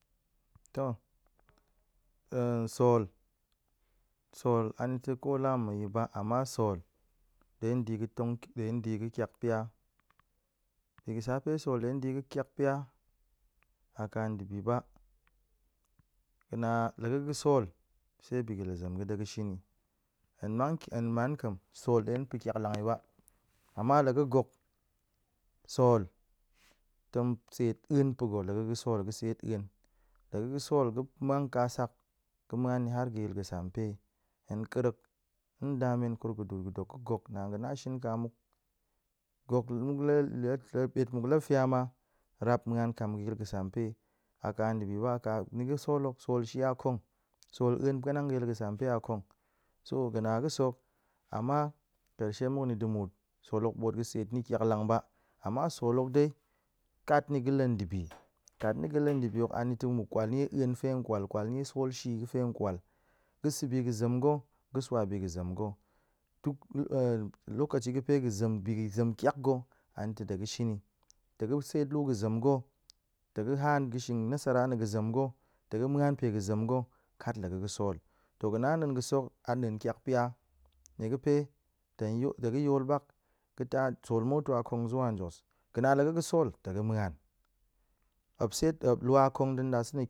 To sol, sol anita̱ ko la bi ma̱ yi ba, ama sol ɗe di yi ga̱ tong ɗe di yi ga̱ tiak pya, bi ga̱ pa̱ sol ɗe di yi ga̱ tiak pya, aka ndibi ba, ga̱na la ga̱ ga̱ sol, se bi ga̱ la zem ga̱ ɗe ga̱ shin ni, hen man nƙa̱m sol ɗe pa̱ kiaklang yi ba, ama la ga̱ gok, sol tong seet a̱en pa̱ ga̱, la ga̱ ga̱ sol ga̱ seet a̱en, la ga̱ sol ga̱ mang kasak ga̱ ni har ga̱ yil ga̱sampe, hen ƙerek nda men kurga̱duut ga̱ dok, naan ga̱ na shin ka mu. gok muk bet muk la fya ma, rap muan kam ga̱ yil ga̱sampe, a ka dibi ba aka ni ga̱ sol hok, sol shii a kong, sol a̱en pa̱nang ga̱ yil ga̱sampe a kong, so ga̱ na ga̱sek hok ama karshe muk ni ɗe muut, sol hok ɓot ga̱ seet ni tiaklang ba, ama sol hok dai kat ni ga̱ lan dibi, kat ni ga̱ lan dibi hok anita̱ mu kwal nie a̱en fe kwal kwal nie sol shii fe kwal, ga̱ sa̱ bi ga̱ zem ga̱, ga̱ swa bi ga̱ zem ga̱. Duk lokaci ga̱ ga̱fe ga̱ zem bi ga̱ zem tyak ga̱ anita̱ tong ga̱ shin ni, tong ga̱ seet lu ga̱ zem ga̱, tong ga̱ haan ga̱shing nasara na̱ ga̱ zem ga̱, tong ga̱ muan pe ga̱ zem ga̱ kat la ga̱ ga̱ sol. To ga̱ na ɗa̱a̱n ga̱sek hok an ɗa̱a̱n tyak pya, nie ga̱pe tong tong ga̱ yol ba ga̱ ta, sol moto a kong zuwa jos, ga̱na la ga̱ ga̱ sol tong ga̱ muan muop seet lua a kong ta̱ ɗa̱sa̱na̱